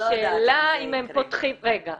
השאלה אם הם פותחים --- רגע,